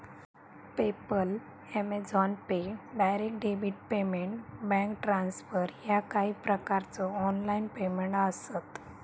PayPal, Amazon pay, direct debit payment, bank transfer ह्या काही प्रकारचो ऑनलाइन पेमेंट आसत